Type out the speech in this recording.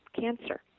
cancer